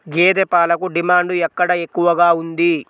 గేదె పాలకు డిమాండ్ ఎక్కడ ఎక్కువగా ఉంది?